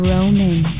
Roman